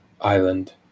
island